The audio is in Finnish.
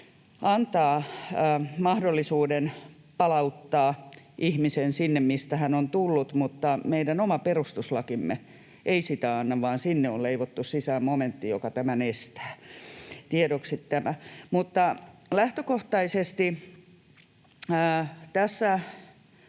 antavat mahdollisuuden palauttaa ihmisen sinne, mistä hän on tullut, mutta meidän oma perustuslakimme ei sitä anna, vaan sinne on leivottu sisään momentti, joka tämän estää — tiedoksi tämä. Mutta lähtökohtaisesti tästä